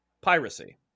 Piracy